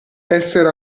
essere